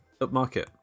upmarket